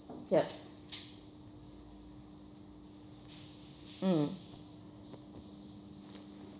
yup mm